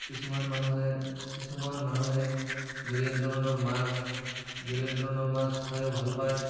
কিছুমান মানুহে কিছুমান মানুহে বেলেগ ধৰণৰ মাছ বেলেগ ধৰণৰ মাছ খাইও ভাল পায়